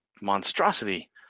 monstrosity